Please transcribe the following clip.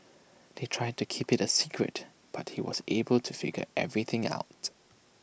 they tried to keep IT A secret but he was able to figure everything out